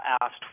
asked